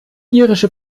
irische